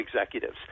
executives